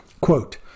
Quote